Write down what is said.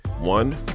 one